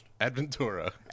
Adventura